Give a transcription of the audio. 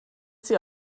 sie